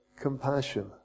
compassion